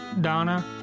Donna